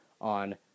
on